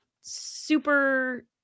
super